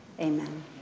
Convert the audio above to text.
Amen